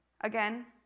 again